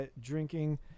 drinking